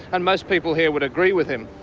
and most people here would agree with him.